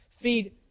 Feed